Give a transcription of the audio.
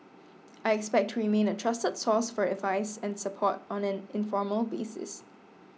I expect to remain a trusted source for advice and support on an informal basis